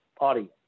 audience